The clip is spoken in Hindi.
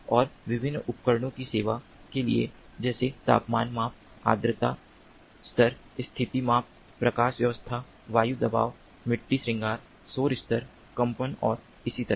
और विभिन्न अनुप्रयोगों की सेवा के लिए जैसे तापमान माप आर्द्रता स्तर स्थिति माप प्रकाश व्यवस्था वायु दबाव मिट्टी श्रृंगार शोर स्तर कंपन और इसी तरह